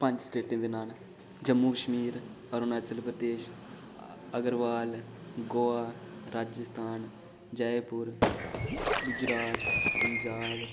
पंज स्टेटें दे न जम्मू कश्मीर अरूणाचल प्रदेश अग्रवाल गोआ राजस्थान जयपुर गुजरात पंजाब